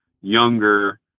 younger